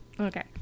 Okay